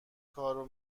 کارو